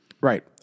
Right